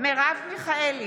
מרב מיכאלי,